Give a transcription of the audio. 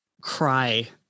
Cry